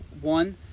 one